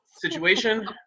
situation